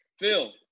Phil